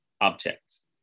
objects